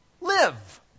live